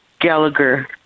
gallagher